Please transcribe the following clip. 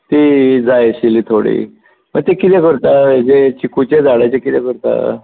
तीं जाय आशिल्ली थोडीं ना तीं कितें करता हेजें चिकूचें झाडाचें कितें करता